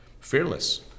fearless